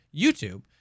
YouTube